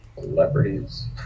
celebrities